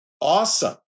awesome